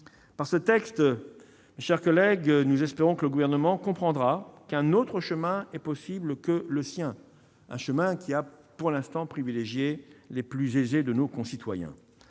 Par ce texte, nous espérons que le Gouvernement comprendra qu'un autre chemin est possible que le sien, qui, pour l'instant, a privilégié les plus aisés de nos concitoyens.